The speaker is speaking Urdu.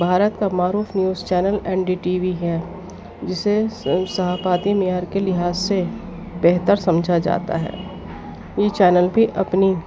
بھارت کا معروف news channel N D T V ہے جسے صحاقاتی معیار کے لحاظ سے بہتر سمجھا جاتا ہے یہ چینل بھی اپنی